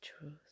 truth